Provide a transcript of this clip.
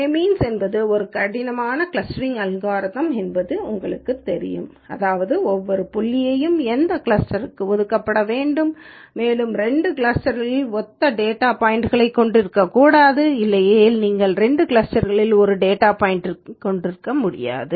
K means என்பது ஒரு கடினமான கிளஸ்டரிங் அல்காரிதம் என்று உங்களுக்குத் தெரியும் அதாவது ஒவ்வொரு புள்ளியும் எந்தவொரு கிளஸ்டர்க்களுக்கும் ஒதுக்கப்பட வேண்டும் மேலும் இரண்டு கிளஸ்டர்களும் ஒத்த டேட்டா பாய்ன்ட்யைக் கொண்டிருக்க கூடாது இல்லையெனில் நீங்கள் 2 கிளஸ்டர்களில் ஒரு டேட்டா பாய்ன்ட்யைக் கொண்டிருக்க முடியாது